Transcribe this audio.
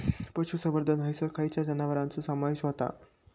पशुसंवर्धन हैसर खैयच्या जनावरांचो समावेश व्हता?